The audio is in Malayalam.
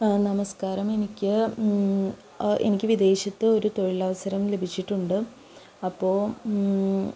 നമസ്കാരം എനിക്ക് എനിക്ക് വിദേശത്ത് ഒരു തൊഴിലവസരം ലഭിച്ചിട്ടുണ്ട് അപ്പോള്